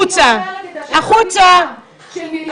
אני אומרת את אשר על ליבם של מיליוני אנשים --- החוצה,